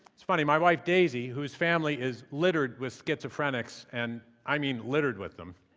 it's funny, my wife, daisy, whose family is littered with schizophrenics and i mean littered with them